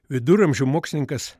viduramžių mokslininkas